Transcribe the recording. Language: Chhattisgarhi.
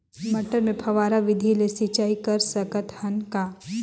मटर मे फव्वारा विधि ले सिंचाई कर सकत हन का?